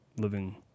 living